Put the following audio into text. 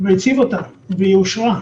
והציג אותה, והיא אושרה.